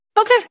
Okay